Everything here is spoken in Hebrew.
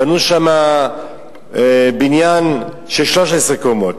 בנו שם בניין של 13 קומות,